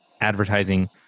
advertising